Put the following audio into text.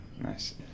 nice